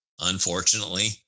unfortunately